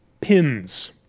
Pins